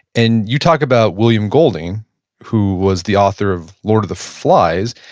and you talk about william golding who was the author of lord of the flies.